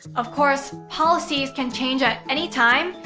of course, policies can change at any time.